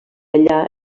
allà